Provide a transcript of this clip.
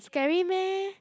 scary meh